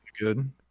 good